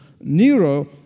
Nero